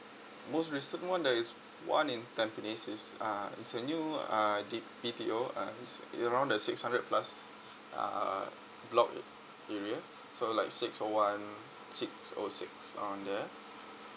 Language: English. most recent one there is one in tampines is uh it's a new uh D B_D_O uh s~ it around the six hundred plus uh block area so like six O one six O six all there